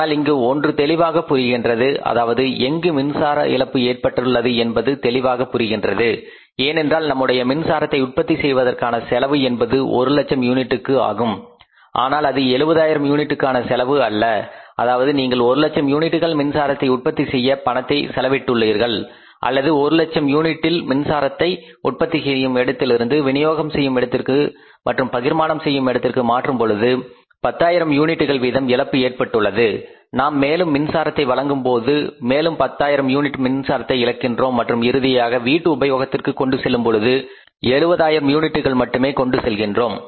ஆனால் இங்கு ஒன்று தெளிவாக புரிகின்றது அதாவது எங்கு மின்சார இழப்பு ஏற்பட்டுள்ளது என்பது தெளிவாக புரிகின்றது ஏனென்றால் நம்முடைய மின்சாரத்தை உற்பத்தி செய்வதற்கான செலவு என்பது ஒரு லட்சம் யூனிட்டுக்கு ஆகும் ஆனால் அது 70000 யூனிட்டுக்கான செலவு அல்ல அதாவது நீங்கள் ஒரு லட்சம் யூனிட்டுகள் மின்சாரத்தை உற்பத்தி செய்ய பணத்தை செலவிட்டுள்ளீர்கள் அல்லது 100000 யூனிட்டில் மின்சாரத்தை உற்பத்தி செய்யும் இடத்திலிருந்து வினியோகம் செய்யும் இடத்திற்கு மற்றும் பகிர்மானம் செய்யும் இடத்திற்கு மாற்றும் பொழுது 10000 யூனிட்டுகள் வீதம் இழப்பு ஏற்பட்டுள்ளது நாம் மேலும் மின்சாரத்தை வழங்கும் போது மேலும் 10000 யூனிட் மின்சாரத்தை இழக்கின்றோம் மற்றும் இறுதியாக வீட்டு உபயோகத்திற்கு கொண்டு செல்லும் பொழுது 70000 யூனிட்டுகள் மட்டுமே கொண்டு செல்கின்றோம்